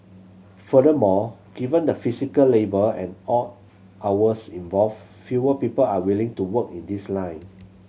furthermore given the physical labour and odd hours involved fewer people are willing to work in this line